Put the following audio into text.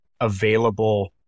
available